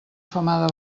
femada